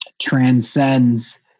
transcends